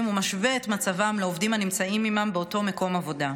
ומשווה את מצבם לעובדים הנמצאים עימם באותו מקום עבודה.